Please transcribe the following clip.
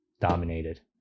dominated